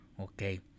okay